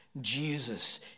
Jesus